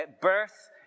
birth